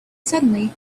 suddenly